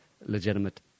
legitimate